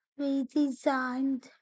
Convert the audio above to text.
redesigned